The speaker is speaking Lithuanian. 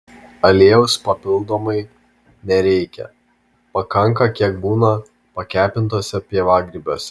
aliejaus papildomai nereikia pakanka kiek būna pakepintuose pievagrybiuose